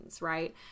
right